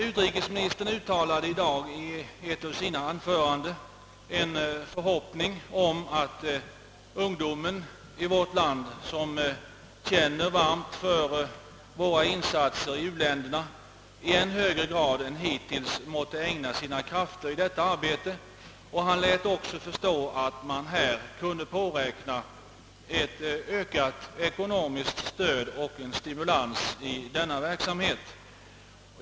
Utrikesministern uttalade i dag i ett av sina anföranden en förhoppning om att ungdomen i vårt land, som känner varmt för våra insatser i u-länderna, i än högre grad än hittills måtte ägna sina krafter åt detta arbete. Han lät också förstå att man kunde påräkna ett ökat ekonomiskt stöd och stimulans i denna verksamhet.